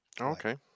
Okay